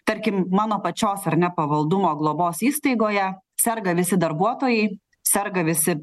tarkim mano pačios ar ne pavaldumo globos įstaigoje serga visi darbuotojai serga visi